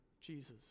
Jesus